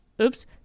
oops-